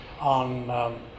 on